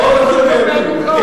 בוא תגיד את זה, .